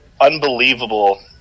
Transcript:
unbelievable